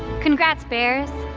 congrats bears.